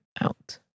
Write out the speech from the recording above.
out